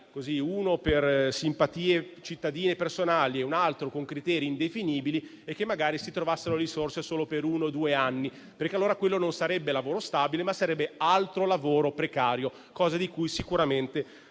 uno per simpatie cittadine personali e un altro con criteri indefinibili, e che magari si trovassero le risorse solo per uno o due anni: questo non sarebbe lavoro stabile, ma sarebbe altro lavoro precario, cosa di cui sicuramente